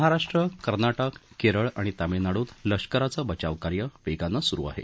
महाराष्ट्र कर्नाटक केरळ आणि तामिळनाडूत लष्कराचं बचावकार्य वेगानं सुरु आहे